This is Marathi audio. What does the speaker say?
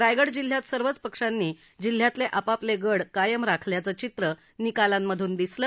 रायगड जिल्ह्यात सर्वच पक्षांनी जिल्ह्यातले आपापले गड कायम राखल्याचं चित्र निकालांमधून दिसलं